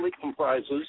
comprises